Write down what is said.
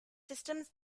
systems